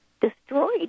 destroyed